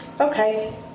Okay